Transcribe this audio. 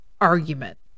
argument